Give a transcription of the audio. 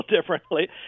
differently